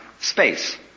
space